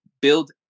build